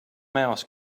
mouse